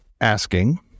asking